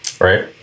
Right